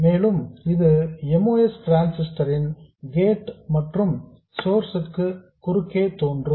மேலும் இது MOS transistor இன் கேட் மற்றும் சோர்ஸ் குறுக்கே தோன்றும்